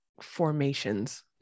formations